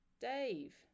Dave